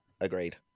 agreed